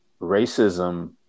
racism